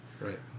Right